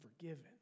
forgiven